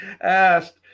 asked